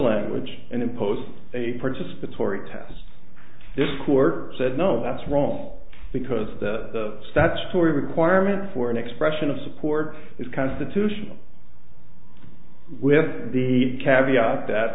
language and imposed a participatory test this court said no that's wrong because of the statutory requirement for an expression of support it's constitutional with the kavya that